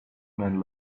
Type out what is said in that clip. man